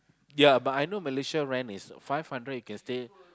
ya but I know Malaysia rent is five hundred you can stay